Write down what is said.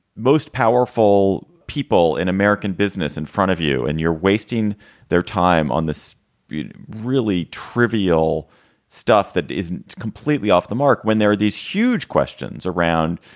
most powerful people in american business in front of you, and you're wasting their time on this really trivial stuff that isn't completely off the mark when there are these huge questions around,